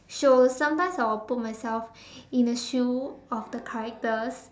shows sometime I will put myself in the shoe of the characters